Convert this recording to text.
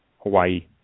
Hawaii